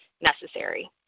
necessary